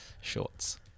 Shorts